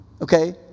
Okay